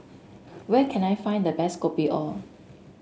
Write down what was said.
where can I find the best Kopi Or